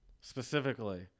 specifically